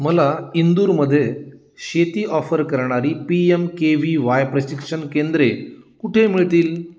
मला इंदूरमध्ये शेती ऑफर करणारी P M K V Y प्रशिक्षण केंद्रे कुठे मिळतील